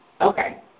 Okay